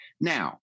Now